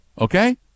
Okay